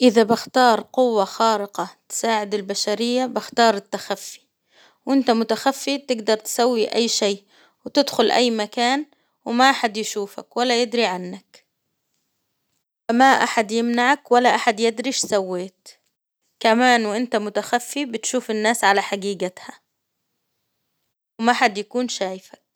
إذا بختار قوة خارقة تساعد البشرية بختار التخفي، وإنت متخفي تقدر تسوي أي شي، وتدخل أي مكان وما أحد يشوفك، ولا يدري عنك، فما أحد يمنعك، ولا أحد يدري إيش سويت، كمان وإنت متخفي بتشوف الناس على حقيقتها، وما حد يكون شايفك.